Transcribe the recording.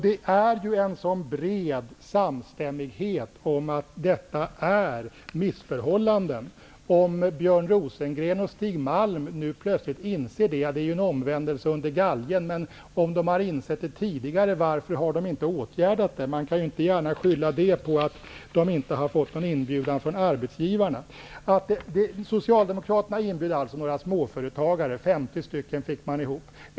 Det är ju en sådan bred samstämmighet om att det finns missförhållanden. Om Björn Rosengren och Stig Malm nu plötsligt inser det, så är det ju en omvändelse under galgen, men om de har insett det tidigare, varför har de då inte åtgärdat det som är fel? Man kan inte gärna skylla det på att de inte har fått någon inbjudan från arbetsgivarna. 50 stycken fick de ihop.